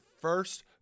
first